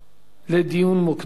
לדיון מוקדם,